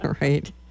Right